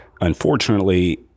unfortunately